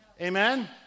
Amen